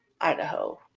Idaho